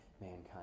mankind